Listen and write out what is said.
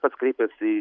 pats kreipėsi